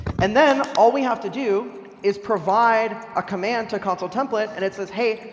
and then, all we have to do is provide a command to consul template. and it says, hey,